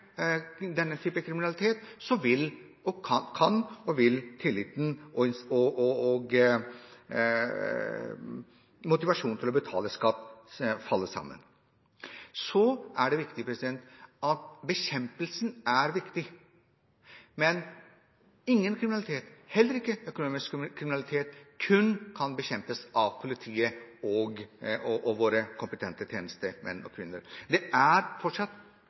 denne typen kriminalitet, kan og vil tilliten og motivasjonen til å betale skatt falle sammen. Bekjempelse er viktig. Men ingen kriminalitet, heller ikke økonomisk kriminalitet, kan bekjempes av kun politiet og våre kompetente tjenestemenn og -kvinner. Det er fortsatt